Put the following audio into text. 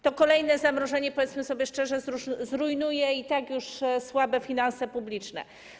To kolejne zamrożenie, powiedzmy sobie szczerze, zrujnuje i tak już słabe finanse publiczne.